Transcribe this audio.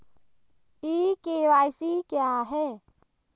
ई KYC क्या है?